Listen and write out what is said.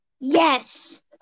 Yes